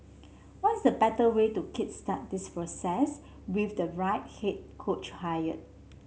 what is the better way to kick start this process with the right head coach hire